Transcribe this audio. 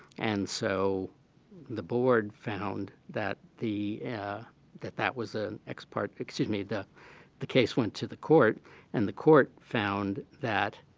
and so the board found that the yeah that that was an ex parte excuse me, the the case went to the court and the court found that